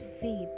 faith